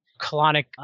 colonic